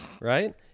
right